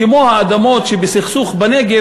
כמו האדמות שבסכסוך בנגב,